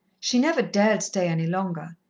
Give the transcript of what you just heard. she never dared stay any longer,